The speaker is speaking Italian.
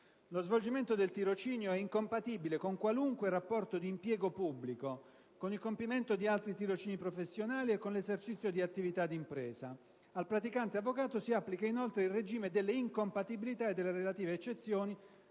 «Lo svolgimento del tirocinio è incompatibile con qualunque rapporto di impiego pubblico, con il compimento di altri tirocini professionali e con l'esercizio di attività di impresa. Al praticante avvocato si applica inoltre il regime delle incompatibilità e delle relative eccezioni